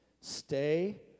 Stay